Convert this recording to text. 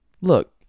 Look